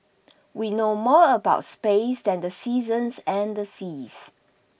we know more about space than the seasons and the seas